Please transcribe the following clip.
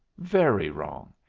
very wrong.